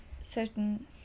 certain